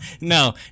no